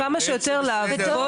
כמה שיותר לעבוד.